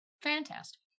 Fantastic